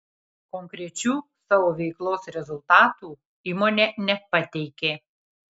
konkrečių savo veiklos rezultatų įmonė nepateikė